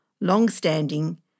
long-standing